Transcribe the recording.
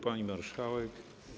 Pani Marszałek!